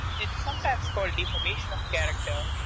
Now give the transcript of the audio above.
it's sometimes called defamation of character.